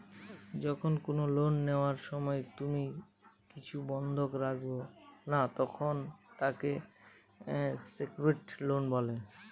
যখন কোনো লোন নেওয়ার সময় তুমি কিছু বন্ধক রাখো না, তখন তাকে সেক্যুরড লোন বলে